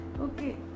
Okay